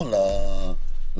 לכן אני אומרת,